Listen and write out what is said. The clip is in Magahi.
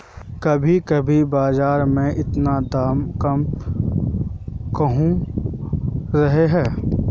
कभी कभी बाजार में इतना दाम कम कहुम रहे है?